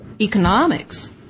economics